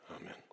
Amen